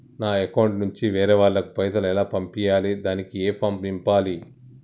నా అకౌంట్ నుంచి వేరే వాళ్ళకు పైసలు ఎలా పంపియ్యాలి దానికి ఏ ఫామ్ నింపాలి?